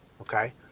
okay